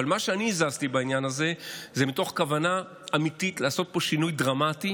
אבל מה שאני הזזתי בעניין הזה זה מתוך כוונה אמיתית לעשות פה שינוי דרמטי